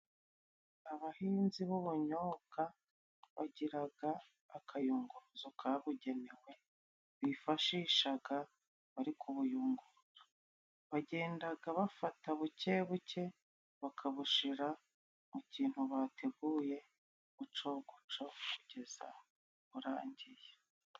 Abahinzi b'ubunyobwa bagira akayunguruzo kabugenewe bifashisha bari kubuyungurura. Bagenda bafata buke buke bakabushyira mu kintu bateguye gutyo gutyo kugeza burangiye.